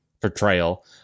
portrayal